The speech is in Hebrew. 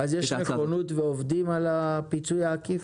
אז יש נכונות ועובדים על הפיצוי העקיף?